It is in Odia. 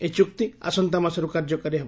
ଏହି ଚୁକ୍ତି ଆସନ୍ତା ମାସରୁ କାର୍ଯ୍ୟକାରୀ ହେବ